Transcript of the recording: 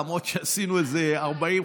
למרות שעשינו איזה 40,